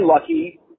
lucky